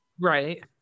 right